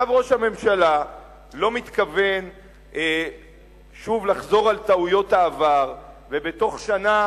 ראש הממשלה לא מתכוון לחזור שוב על טעויות העבר ובתוך שנה